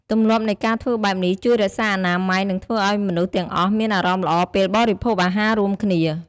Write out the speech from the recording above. ទម្លាប់នៃការធ្វើបែបនេះជួយរក្សាអនាម័យ និងធ្វើឲ្យមនុស្សទាំងអស់មានអារម្មណ៍ល្អពេលបរិភោគអាហាររួមគ្នា។